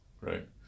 Right